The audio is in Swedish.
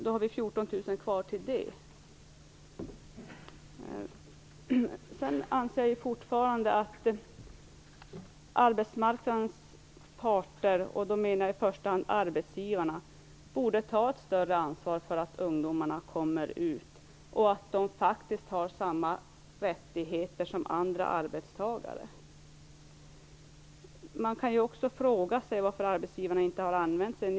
Då återstår 14 000 personer innan vi nått det målet. Jag anser fortfarande att arbetsmarknadens parter, och då menar jag i första hand arbetsgivarna, borde ta ett större ansvar för att ungdomarna kommer ut på arbetsmarknaden och får samma rättigheter som andra arbetstagare. Man kan fråga sig varför arbetsgivarna inte har använt sig av denna möjlighet.